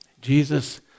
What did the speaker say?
Jesus